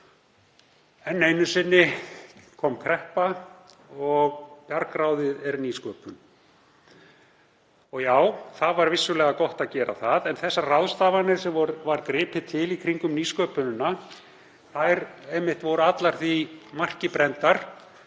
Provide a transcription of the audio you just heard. Enn einu sinni kom kreppa og bjargráðið er nýsköpun. Já, það var vissulega gott að gera það. En þær ráðstafanir sem var gripið til í kringum nýsköpunina voru allar því marki brenndar